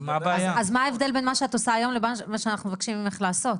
אז מה ההבדל בין מה שאת עושה היום למה שאנחנו מבקשים ממך לעשות?